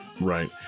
Right